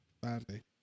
badly